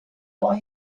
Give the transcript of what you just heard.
but